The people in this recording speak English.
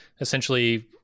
essentially